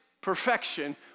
perfection